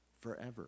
forever